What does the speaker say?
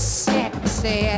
sexy